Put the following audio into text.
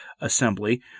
assembly